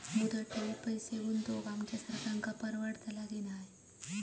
मुदत ठेवीत पैसे गुंतवक आमच्यासारख्यांका परवडतला की नाय?